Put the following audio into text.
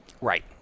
Right